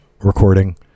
recording